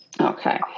Okay